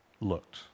looked